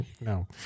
no